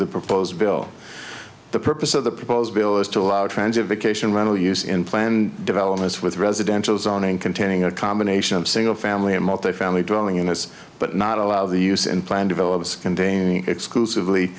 the proposed bill the purpose of the proposed bill is to allow transit vacation rental use in planned developments with residential zoning containing a combination of single family and multifamily dwelling in this but not allow the use in plan develops containing exclusively